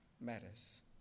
matters